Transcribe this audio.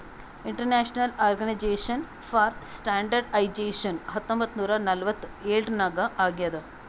international organisation for standardisation ಹತ್ತೊಂಬತ್ ನೂರಾ ನಲ್ವತ್ತ್ ಎಳುರ್ನಾಗ್ ಆಗ್ಯಾದ್